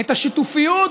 את השיתופיות.